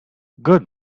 good